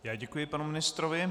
Já děkuji panu ministrovi.